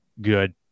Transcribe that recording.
good